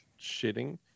shitting